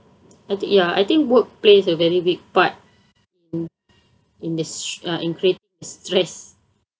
I th~ I think ya work plays a very big part in in the s~ in create stress